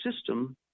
system